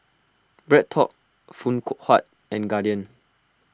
BreadTalk Phoon koo Huat and Guardian